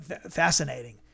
fascinating